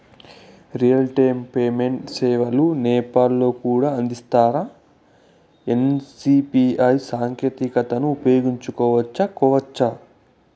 Real time payment సేవలు నేపాల్ లో కూడా అందిస్తారా? ఎన్.సి.పి.ఐ సాంకేతికతను ఉపయోగించుకోవచ్చా కోవచ్చా?